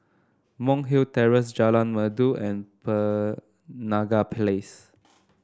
Monk's Hill Terrace Jalan Merdu and Penaga Place